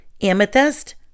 amethyst